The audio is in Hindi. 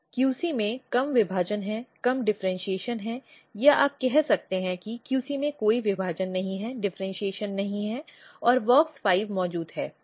QC में कम विभाजन है कम डिफरेन्शीऐशन है या आप कह सकते हैं कि QC में कोई विभाजन नहीं है डिफरेन्शीऐशन नहीं है और WOX 5 मौजूद है